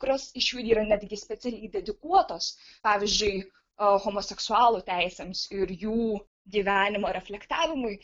kurios iš jų yra netgi specialiai dedikuotos pavyzdžiui aa homoseksualų teisėms ir jų gyvenimo reflektavimui